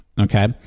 Okay